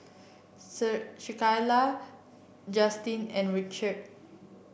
Justin and Richelle